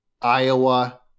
Iowa